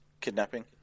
kidnapping